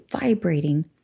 vibrating